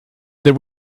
there